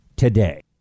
today